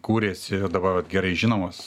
kūrėsi dabar gerai žinomos